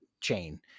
chain